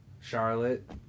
Charlotte